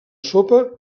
sopa